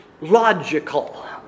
logical